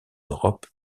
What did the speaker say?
europe